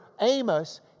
Amos